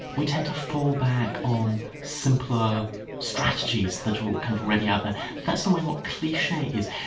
we tend to fall back on simpler strategies that are ah kind of already out there, that's in a way what cliche is.